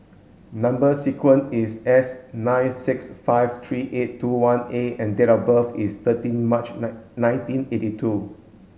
number sequence is S nine six five three eight two one A and date of birth is thirteen March nine nineteen eighty two